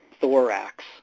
thorax